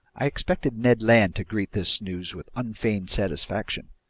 i expected ned land to greet this news with unfeigned satisfaction.